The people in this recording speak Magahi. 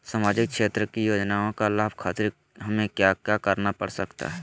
सामाजिक क्षेत्र की योजनाओं का लाभ खातिर हमें क्या क्या करना पड़ सकता है?